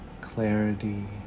clarity